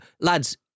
lads